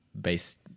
based